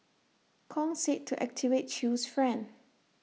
Kong said to activate chew's friend